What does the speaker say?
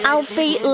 Alfie